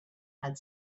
had